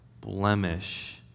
blemish